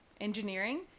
engineering